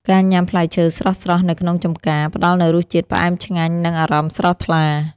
ការញ៉ាំផ្លែឈើស្រស់ៗនៅក្នុងចម្ការ ផ្តល់នូវរសជាតិផ្អែមឆ្ងាញ់ និងអារម្មណ៍ស្រស់ថ្លា។